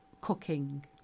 cooking